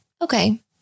Okay